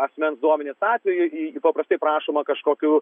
asmens duomenis atveju paprastai prašoma kažkokių